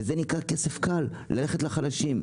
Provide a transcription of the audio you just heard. כסף קל מהחלשים.